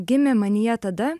gimė manyje tada